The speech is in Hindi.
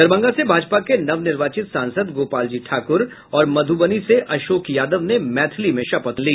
दरभंगा से भाजपा के नवनिर्वाचित सांसद गोपालजी ठाकुर और मधुबनी से अशोक यादव ने मैथिली में शपथ ली